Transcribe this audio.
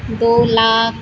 दो लाख